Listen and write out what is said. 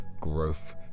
growth